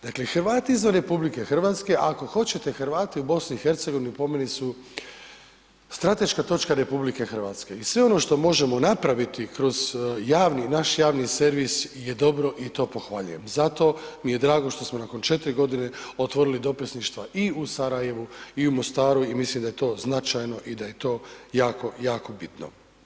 Dakle Hrvati izvan RH ako hoćete, Hrvati u BiH-u po meni su strateška točka RH i sve ono što možemo napraviti kroz javni, naš javni servis je dobro i to pohvaljujem zato mi je drago što smo nakon 4 g. otvorili dopisništva i u Sarajevu i u Mostaru i mislim da je to značajno i da je to jako, jako bitno.